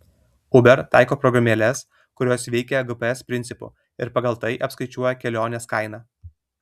uber taiko programėles kurios veikia gps principu ir pagal tai apskaičiuoja kelionės kainą